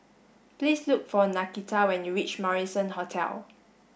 please look for Nakita when you reach Marrison Hotel